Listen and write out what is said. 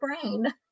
brain